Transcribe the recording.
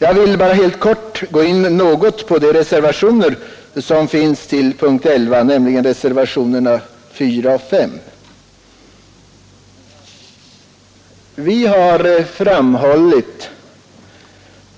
Jag vill bara helt kort gå in på de reservationer som finns till punkten 11, nämligen reservationerna 4 och 5. Vi har framhållit